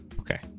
Okay